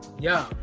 yo